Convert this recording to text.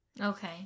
okay